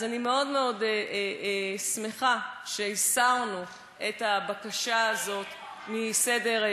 אז אני מאוד מאוד שמחה שהסרנו את הבקשה הזאת מסדר-היום,